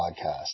podcast